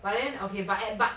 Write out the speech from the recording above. but then okay but eh but